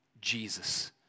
Jesus